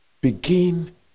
begin